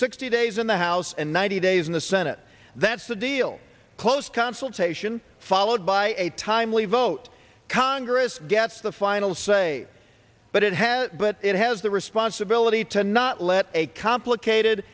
sixty days in the house and ninety days in the senate that's a deal close consultation followed by a timely vote congress gets the final say but it has but it has the responsibility to not let a complicated